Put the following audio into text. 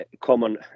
common